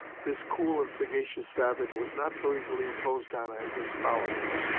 this cool and sagacious savage was not so easily imposed on as his followers,